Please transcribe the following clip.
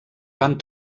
van